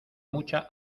mucha